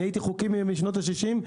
אני הייתי חוקי משנות ה-60,